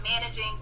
managing